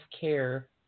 care